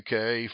UK